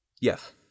Yes